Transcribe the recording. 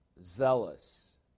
zealous